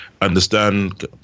understand